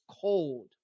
cold